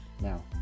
Now